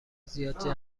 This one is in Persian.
زیاد